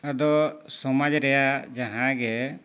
ᱟᱫᱚ ᱥᱚᱢᱟᱡᱽ ᱨᱮᱭᱟᱜ ᱡᱟᱦᱟᱸᱜᱮ